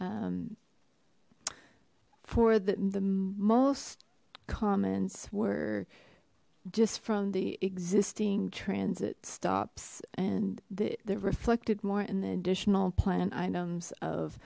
um for the the most comments were just from the existing transit stops and the the reflected more in the additional plant items of